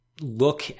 look